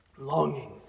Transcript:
Longing